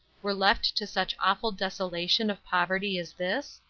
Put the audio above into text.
were left to such awful desolation of poverty as this!